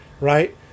right